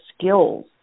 skills